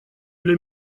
для